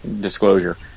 disclosure